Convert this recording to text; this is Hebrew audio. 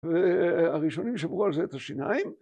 ‫והראשונים שברו על זה את השיניים.